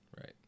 Right